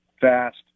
fast